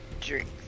drinks